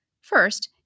First